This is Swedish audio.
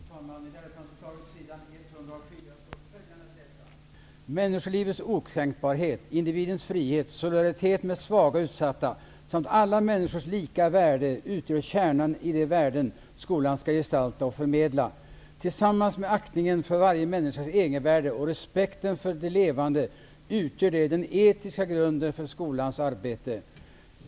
Fru talman! På s. 104 i läroplansförslaget står följande: ''Människolivets okränkbarhet, individens frihet, solidaritet med svaga och utsatta samt alla människors lika värde utgör kärnan i de värden skolan skall gestalta och förmedla. Tillsammans med aktningen för varje människas egenvärde och respekten för det levande, utgör de den etiska grunden för skolans arbete.